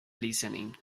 listening